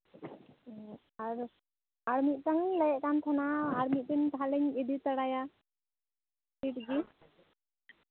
ᱚ ᱟᱨ ᱢᱤᱫᱴᱟᱱ ᱤᱧ ᱞᱟᱹᱭᱮᱫ ᱠᱟᱱ ᱛᱟᱦᱮᱱᱟ ᱟᱨ ᱢᱤᱫᱴᱤᱱ ᱛᱟᱦᱞᱮᱧ ᱤᱫᱤ ᱛᱟᱨᱟᱭᱟ ᱪᱷᱤᱴ ᱜᱮ